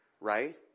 Right